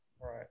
Right